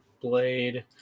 blade